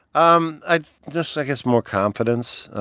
um i just, i guess, more confidence.